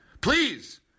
Please